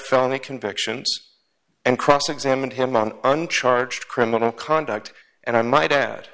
felony convictions and cross examined him on uncharged criminal conduct and i might add